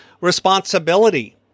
responsibility